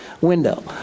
window